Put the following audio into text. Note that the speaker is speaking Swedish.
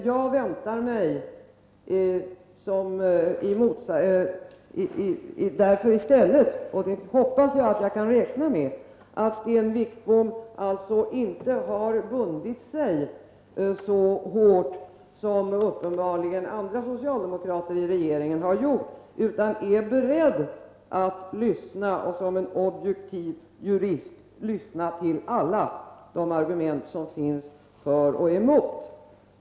Jag förväntar mig — och jag hoppas jag kan räkna med det — att Sten Wickbom därför inte har bundit sig så hårt som uppenbarligen andra i den socialdemokratiska regeringen har gjort, utan att han är beredd att som en objektiv jurist lyssna till alla de argument som finns för och emot.